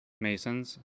Masons